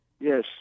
Yes